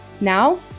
Now